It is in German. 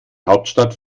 hauptstadt